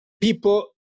people